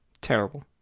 Terrible